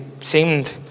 seemed